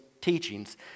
teachings